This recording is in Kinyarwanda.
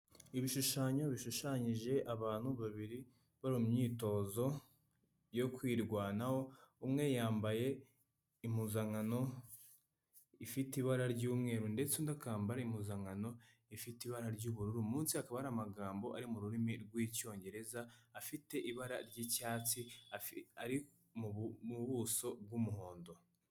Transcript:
Ibishushanyo bishushanyije abantu babiri bari mu myitozo yo kwirwanaho, umwe yambaye impuzankano ifite ibara ry'umweru ndetse undi akambara impuzankano ifite ibara ry'ubururu, munsi hakaba hari amagambo ari mu rurimi rw'Icyongereza afite ibara ry'icyatsi, ari mu buso bw'umuhondo.